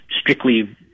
strictly